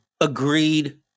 Agreed